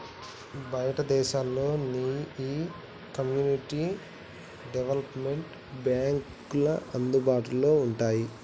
బయటి దేశాల్లో నీ ఈ కమ్యూనిటీ డెవలప్మెంట్ బాంక్లు అందుబాటులో వుంటాయి